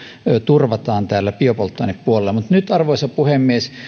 turvataan biopolttoainepuolella mutta nyt arvoisa puhemies